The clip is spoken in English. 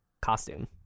costume